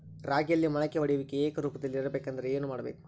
ರಾಗಿಯಲ್ಲಿ ಮೊಳಕೆ ಒಡೆಯುವಿಕೆ ಏಕರೂಪದಲ್ಲಿ ಇರಬೇಕೆಂದರೆ ಏನು ಮಾಡಬೇಕು?